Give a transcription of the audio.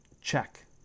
check